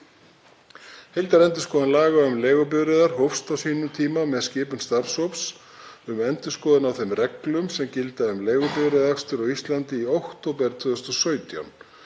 Heildarendurskoðun laga um leigubifreiðar hófst á sínum tíma með skipun starfshóps, um endurskoðun á þeim reglum sem gilda um leigubifreiðaakstur á Íslandi, í október 2017.